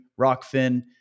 Rockfin